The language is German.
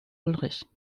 ulrich